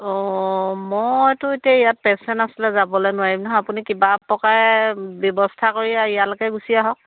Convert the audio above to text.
অঁ মইতো এতিয়া ইয়াত পেচেণ্ট আছিলে যাবলৈ নোৱাৰিম নহয় আপুনি কিবা প্ৰকাৰে ব্যৱস্থা কৰি আৰু ইয়ালৈকে গুচি আহক